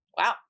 wow